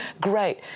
great